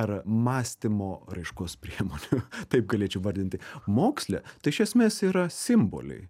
ar mąstymo raiškos priemonių taip galėčiau vardinti moksle tai iš esmės yra simboliai